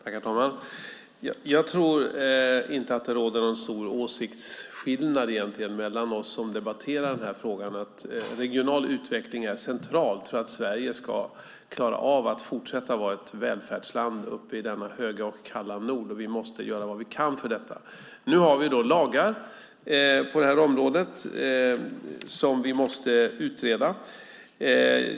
Herr talman! Jag tror inte att det egentligen råder någon stor åsiktsskillnad mellan oss som debatterar den här frågan. Regional utveckling är centralt för att Sverige ska kunna fortsätta vara ett välfärdsland i denna höga och kalla nord, och vi måste göra vad vi kan för detta. Nu har vi lagar på detta område som vi måste utreda.